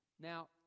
Now